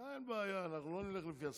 אין בעיה, אנחנו לא נלך לפי הסדר.